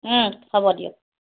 হ'ব দিয়ক